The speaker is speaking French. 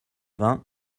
vingts